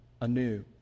anew